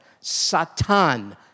Satan